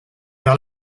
vers